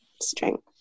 strength